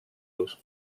elus